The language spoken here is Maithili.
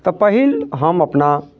तऽ पहिल हम अपना